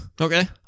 Okay